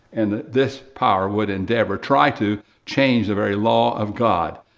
and this power would endeavor, try to change the very law of god.